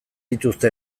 dituzte